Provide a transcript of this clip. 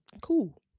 Cool